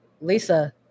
Lisa